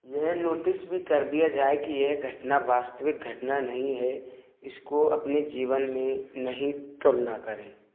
यह नोटिस भी कर दिया जाय कि यह घटना वास्तविक घटना नहीं है इसको अपने जीवन में नहीं तुलना करें